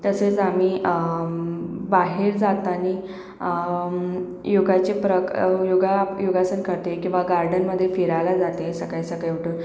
तसेच आम्ही बाहेर जाताना योगाचे प्रक योगा योगासन करते किंंवा गार्डनमध्ये फिरायला जाते सकाळी सकाळी उठून